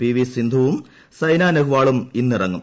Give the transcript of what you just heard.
P V സിന്ധുവും സൈന നെഹ്വാളും ഇന്ന് ഇറങ്ങും